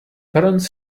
parents